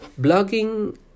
blogging